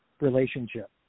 relationship